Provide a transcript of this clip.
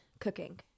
cooking